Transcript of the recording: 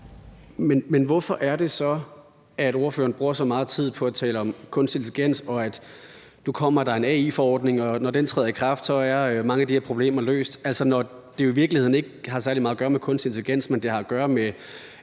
Men hvorfor er det så, at ordføreren bruger så meget tid på at tale om kunstig intelligens, og at der nu kommer en AI-forordning, og at når den træder i kraft, er mange af de her problemer løst? Det har jo i virkeligheden ikke særlig meget at gøre med kunstig intelligens, men det har sådan generelt